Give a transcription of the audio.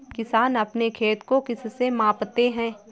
किसान अपने खेत को किससे मापते हैं?